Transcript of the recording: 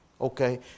Okay